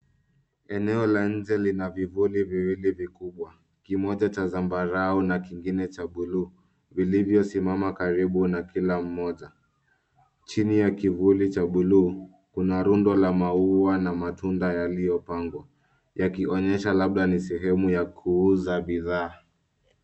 Eneo la nje lina vivuli viwili vikubwa. Kimoja cha zambarau na kingine cha buluu vilivyosimama karibu na kila mmoja. Chini ya kivuli cha buluu , kuna rundo la maua na matunda yaliyopangwa, ikionyesha labda ni sehemu ya kuuza bidhaa.